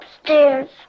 upstairs